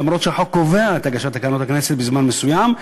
אף שהחוק קובע את הגשת תקנות לכנסת בזמן מסוים,